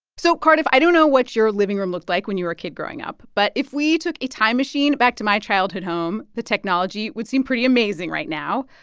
so, cardiff, i don't know what your living room looked like when you were a kid growing up. but if we took a time machine back to my childhood home, the technology would seem pretty amazing right now.